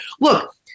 look